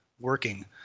working